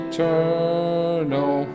Eternal